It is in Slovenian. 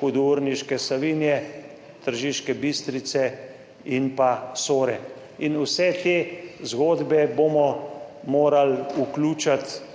hudourniške Savinje, Tržiške Bistrice in pa Sore. In vse te zgodbe bomo morali vključiti